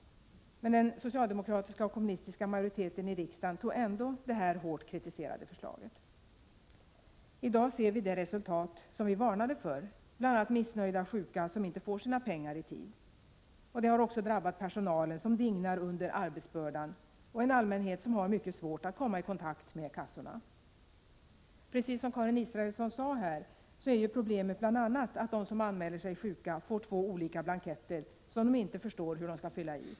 Den socialdemokratiska och kommunistiska majoriteten i riksdagen antog ändå detta hårt kritiserade förslag. I dag ser vi det resultat som vi varnade för, bl.a. missnöjda sjuka som inte får sina pengar i tid. Det har också drabbat personalen, som dignar under sin arbetsbörda, och en allmänhet som har mycket svårt att komma i kontakt med kassorna. Precis som Karin Israelsson sade här är problemet bl.a. att de som anmäler sig sjuka får två olika blanketter som de inte förstår hur de skall fylla i.